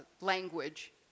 language